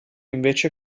invece